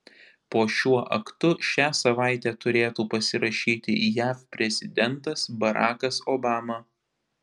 po šiuo aktu šią savaitę turėtų pasirašyti jav prezidentas barakas obama